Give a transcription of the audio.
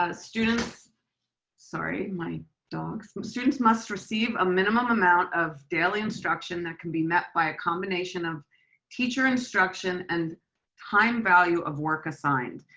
ah students sorry, my dogs. students must receive a minimum amount of daily instruction that can be met by a combination of teacher instruction and time value of work assigned.